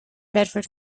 bedford